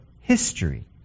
history